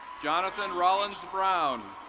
jonathan rollins brown.